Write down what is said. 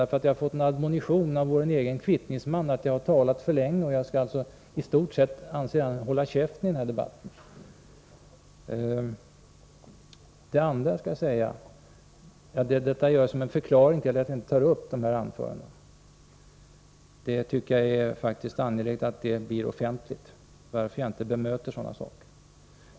Jag har nämligen fått en admonition från vår egen kvittningsman för att jag redan har talat för länge, och att jag därför enligt hans mening i stort sett skall hålla käften i fortsättningen. Det är förklaringen till att jag inte tar upp en diskussion med anledning av Rydéns och Biörcks anföranden. Jag tycker att det är angeläget att offentligt redovisa varför jag inte bemöter sådant som där framfördes.